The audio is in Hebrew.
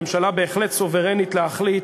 הממשלה בהחלט סוברנית להחליט.